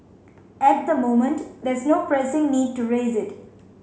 at the moment there's no pressing need to raise it